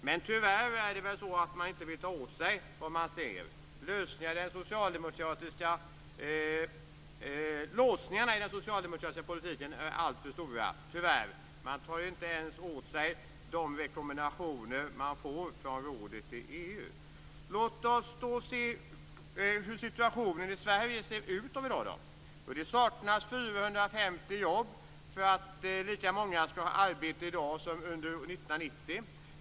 Men tyvärr är det väl så att man inte vill ta åt sig vad man ser. Låsningarna i den socialdemokratiska politiken är tyvärr alltför stora. Man tar inte ens åt sig de rekommendationer som man får från rådet i EU. Låt oss då se på situationen i Sverige i dag. Det saknas 450 000 jobb för att lika många ska ha arbete i dag som under 1990.